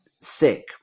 sick